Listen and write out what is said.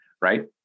right